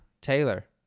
Taylor